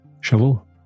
shovel